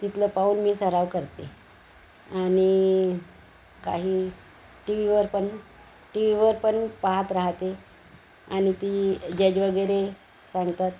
तिथलं पाहून मी सराव करते आणि काही टी व्हीवर पण टी व्हीवर पण पाहात राहते आणि ती जज वगैरे सांगतात